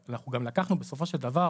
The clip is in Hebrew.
אנחנו גם לקחנו בסופו של דבר